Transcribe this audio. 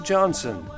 Johnson